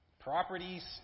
properties